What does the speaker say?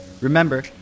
Remember